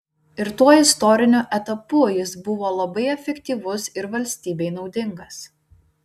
ir tuo istoriniu etapu jis buvo labai efektyvus ir valstybei naudingas